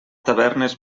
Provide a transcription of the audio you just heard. tavernes